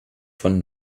von